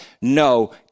no